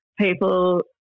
People